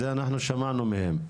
זה אנחנו שמענו מהם.